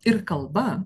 ir kalba